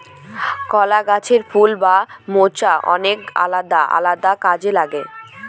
কলা গাছের ফুল বা মোচা অনেক আলাদা আলাদা কাজে লাগে